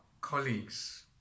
colleagues